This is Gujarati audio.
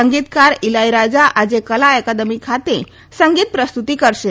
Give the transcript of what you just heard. સંગીતકાર ઇલાઇરાજા આજે કલા એકેડમી ખાતે સંગીત પ્રસ્તૃતિ કરશે